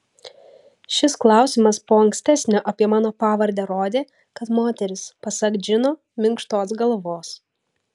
šis klausimas po ankstesnio apie mano pavardę rodė kad moteris pasak džino minkštos galvos